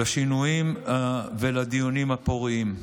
לשינויים ולדיונים הפוריים.